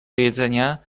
jedzenia